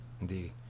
indeed